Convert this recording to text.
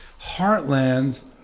heartland